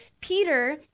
Peter